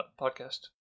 podcast